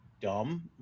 dumb